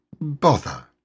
Bother